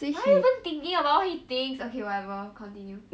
why are you even thinking about what he thinks okay whatever continue